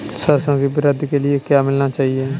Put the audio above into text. सरसों की वृद्धि के लिए क्या मिलाना चाहिए?